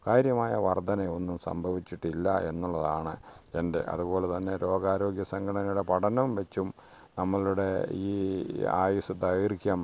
കാര്യമായ വർദ്ധനയൊന്നും സംഭവിച്ചിട്ടില്ല എന്നുള്ളതാണ് എൻ്റെ അതുപോലെ തന്നെ ലോകാരോഗ്യസംഘടനയുടെ പഠനം വച്ചും നമ്മളുടെ ഈ ആയുസ്സ് ദൈർഘ്യം